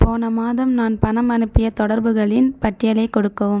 போன மாதம் நான் பணம் அனுப்பிய தொடர்புகளின் பட்டியலைக் கொடுக்கவும்